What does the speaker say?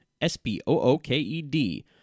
S-P-O-O-K-E-D